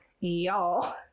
Y'all